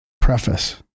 Preface